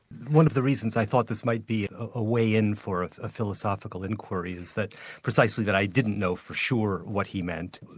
one of the reasons i thought this might be a way in for a philosophical inquiry is that precisely that i didn't know for sure what he meant.